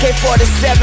AK-47